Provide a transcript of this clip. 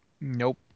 nope